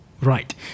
right